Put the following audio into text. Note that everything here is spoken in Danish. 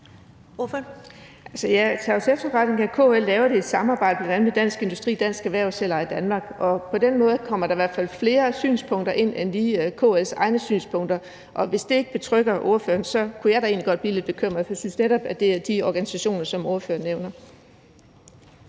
KL laver det i samarbejde med bl.a. Dansk Industri, Dansk Erhverv og Selveje Danmark, og på den måde kommer der i hvert fald flere synspunkter ind end lige KL's egne synspunkter. Og hvis det ikke betrygger ordføreren, kunne jeg da egentlig godt blive lidt bekymret, for jeg synes netop, at det er de organisationer, som ordføreren nævner.